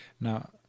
Now